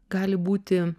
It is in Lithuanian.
gali būti